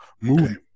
move